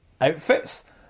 outfits